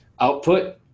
output